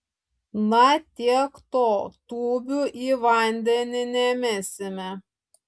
na tiek to tūbių į vandenį nemesime